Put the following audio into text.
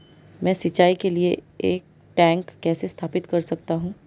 मैं सिंचाई के लिए एक टैंक कैसे स्थापित कर सकता हूँ?